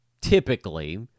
typically